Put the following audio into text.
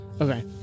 Okay